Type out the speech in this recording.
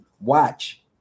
watch